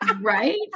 Right